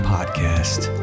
Podcast